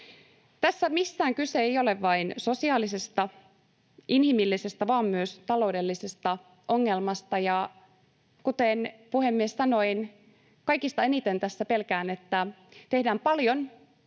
Tässä missään kyse ei ole vain sosiaalisesta ja inhimillisestä vaan myös taloudellisesta ongelmasta. Ja kuten, puhemies, sanoin, kaikista eniten tässä pelkään, että tehdään paljon kerralla,